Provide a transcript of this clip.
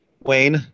Wayne